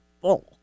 full